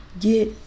get